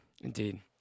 Indeed